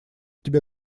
тебе